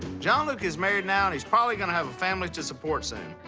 john luke is married now, and he's probably gonna have a family to support soon.